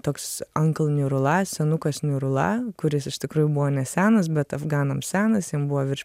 toks uncle niurula senukas niurula kuris iš tikrųjų buvo ne senas bet afganams senas jam buvo virš